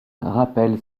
rappelle